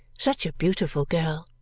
such a beautiful girl!